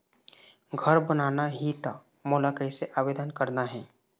घर बनाना ही त मोला कैसे आवेदन करना हे?